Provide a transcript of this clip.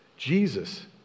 Jesus